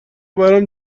برام